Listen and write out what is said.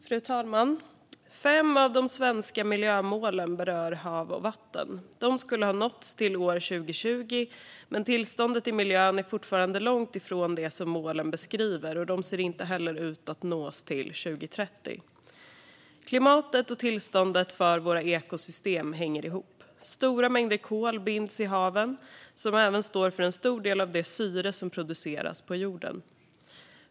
Fru talman! Fem av de svenska miljömålen berör hav och vatten. De skulle ha nåtts till år 2020, men tillståndet i miljön är fortfarande långt ifrån det som målen beskriver. De ser inte heller ut att nås till 2030. Klimatet och tillståndet för våra ekosystem hänger ihop. Stora mängder kol binds i haven, som även står för en stor del av det syre som produceras på jorden.